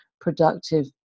productive